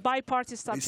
bipartite.